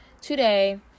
today